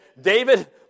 David